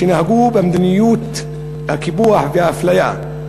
שנהגו במדיניות הקיפוח והאפליה,